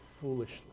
foolishly